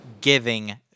giving